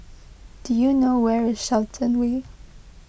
do you know where is Shenton Way